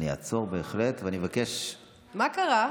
אני אעצור בהחלט, ואני מבקש, מה קרה?